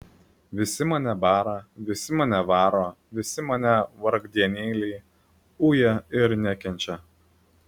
visi mane bara visi mane varo visi mane vargdienėlį uja ir nekenčia